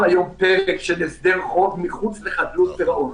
היום פרק של הסדר חוב מחוץ לחדלות פירעון.